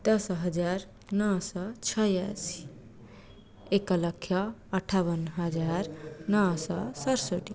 ଦଶହଜାର ନଅଶହ ଛୟାଅଶୀ ଏକଲକ୍ଷ ଅଠାବନହଜାର ନଅଶହ ସତଷଠି